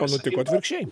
o nutiko atvirkščiai